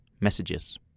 Messages